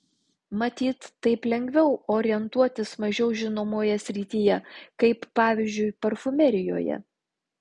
matyt taip lengviau orientuotis mažiau žinomoje srityje kaip pavyzdžiui parfumerijoje